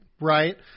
right